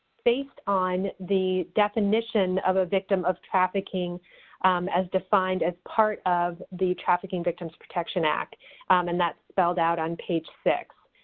based on the definition of a victim of trafficking as defined as part of the trafficking victims protection act and that's spelled out on page six.